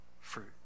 fruit